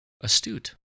astute